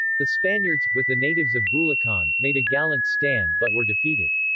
the spaniards, with the natives of bulacan, made a gallant stand but were defeated.